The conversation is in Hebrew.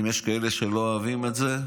אם יש כאלה שלא אוהבים את זה,